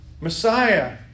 Messiah